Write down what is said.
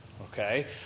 okay